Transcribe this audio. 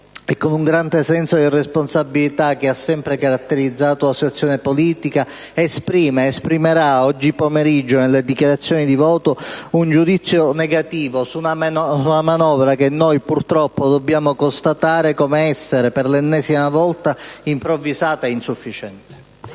e con quel grande senso di responsabilità che ha sempre caratterizzato la sua situazione politica**,** esprime ora ed esprimerà oggi pomeriggio in sede di dichiarazione di voto un giudizio negativo su una manovra che noi purtroppo dobbiamo constatare come essere, per l'ennesima volta, improvvisata ed insufficiente.